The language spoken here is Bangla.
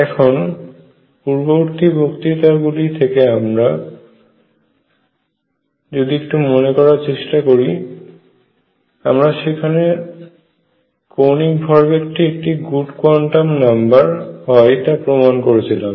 এখন পূর্ববর্তী বক্তৃতা গুলি থেকে আপনারা যদি একটু মনে করার চেষ্টা করেন যে আমরা সেখানে কৌণিক ভরবেগটি একটি গুড কোয়ান্টামে নাম্বার হয় তা প্রমাণ করেছিলাম